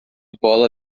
bola